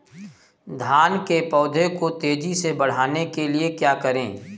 धान के पौधे को तेजी से बढ़ाने के लिए क्या करें?